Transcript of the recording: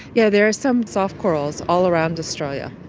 yeah there are some soft corals all around australia.